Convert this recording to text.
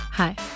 Hi